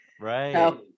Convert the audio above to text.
right